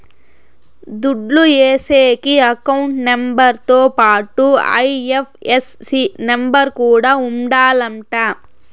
దుడ్లు ఏసేకి account number తో పాటుగా ఐ.ఎఫ్.ఎస్.సి నెంబర్ కూడా ఉండాలంట